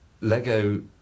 Lego